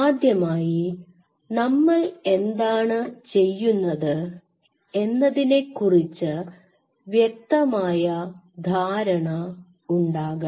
ആദ്യമായി നമ്മൾ എന്താണ് ചെയ്യുന്നത് എന്നതിനെക്കുറിച്ച് വ്യക്തമായ ധാരണ ഉണ്ടാകണം